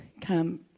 come